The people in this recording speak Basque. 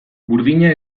burdina